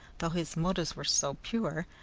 though his motives were so pure,